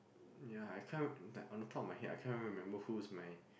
ya I can't like on the top of my head I can't even remember who's my